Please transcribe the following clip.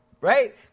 Right